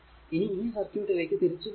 ഇനി ഈ സർക്യൂട്ടിലെക്കു തിരിച്ചു വന്നാൽ